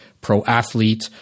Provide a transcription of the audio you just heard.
pro-athlete